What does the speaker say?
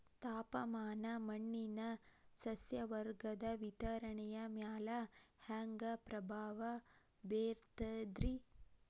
ತಾಪಮಾನ ಮಣ್ಣಿನ ಸಸ್ಯವರ್ಗದ ವಿತರಣೆಯ ಮ್ಯಾಲ ಹ್ಯಾಂಗ ಪ್ರಭಾವ ಬೇರ್ತದ್ರಿ?